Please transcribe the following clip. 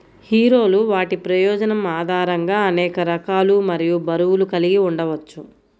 హీరోలు వాటి ప్రయోజనం ఆధారంగా అనేక రకాలు మరియు బరువులు కలిగి ఉండవచ్చు